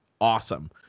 awesome